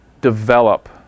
develop